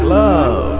love